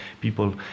people